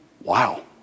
Wow